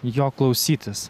jo klausytis